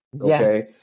Okay